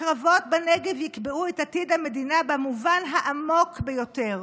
הקרבות בנגב יקבעו את עתיד המדינה במובן העמוק ביותר,